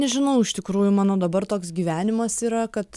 nežinau iš tikrųjų mano dabar toks gyvenimas yra kad